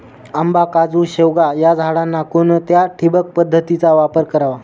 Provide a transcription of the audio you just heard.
आंबा, काजू, शेवगा या झाडांना कोणत्या ठिबक पद्धतीचा वापर करावा?